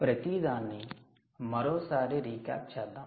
ప్రతిదాన్ని మరోసారి రీక్యాప్ చేద్దాం